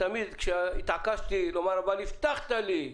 פעמים רבות כשהתעקשתי ואמרתי: אבל הבטחת לי,